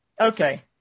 okay